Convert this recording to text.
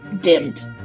dimmed